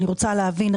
אני רוצה להבין.